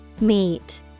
Meet